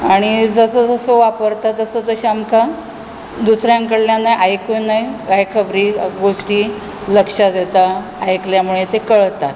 आनी जसो जसो वापरतां तसो तशें आमकां दुसऱ्यां कडल्यान आयकूनय काय खबरी गोश्टी लक्षांत येता आयकल्या मुळे ते कळटा